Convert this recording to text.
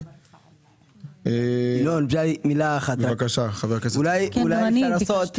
ינון, אולי נצמיד